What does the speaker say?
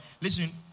listen